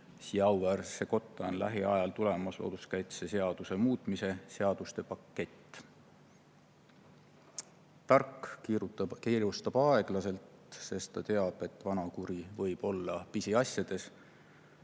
siia auväärsesse kotta on lähiajal tulemas looduskaitseseaduse muutmise seaduste pakett. Tark kiirustab aeglaselt, sest ta teab, et vanakuri võib [peituda] pisiasjades.